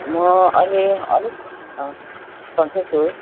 म अहिले अलिक सन्चै छु